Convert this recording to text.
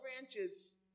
branches